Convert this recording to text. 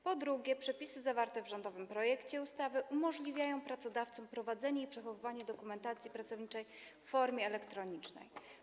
Po drugie, przepisy zawarte w rządowym projekcie ustawy umożliwiają pracodawcom prowadzenie i przechowywanie dokumentacji pracowniczej w formie elektronicznej.